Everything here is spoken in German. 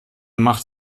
macht